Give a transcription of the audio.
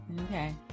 Okay